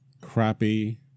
crappy